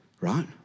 right